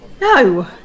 No